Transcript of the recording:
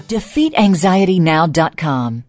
Defeatanxietynow.com